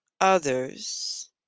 others